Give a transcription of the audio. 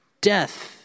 death